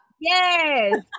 Yes